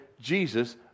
Jesus